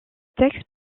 texte